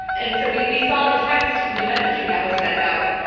and so we we saw the text, the messaging that was sent out.